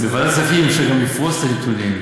בוועדת הכספים אפשר גם לפרוס את הנתונים,